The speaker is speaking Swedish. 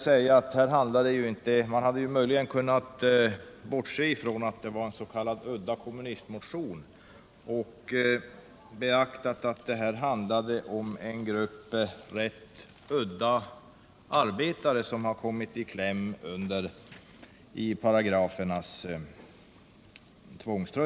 Man hade nämligen kunnat bortse från att det var fråga om en s.k. udda kommunistmotion och i stället beaktat att det handlar om en grupp rätt udda arbetare, som har kommit i kläm mellan paragraferna.